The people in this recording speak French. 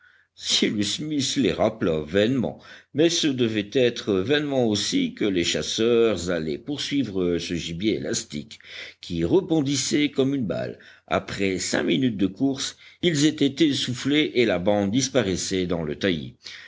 les rappela vainement mais ce devait être vainement aussi que les chasseurs allaient poursuivre ce gibier élastique qui rebondissait comme une balle après cinq minutes de course ils étaient essoufflés et la bande disparaissait dans le taillis